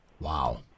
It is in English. Wow